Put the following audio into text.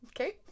Okay